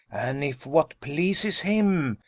and if what pleases him,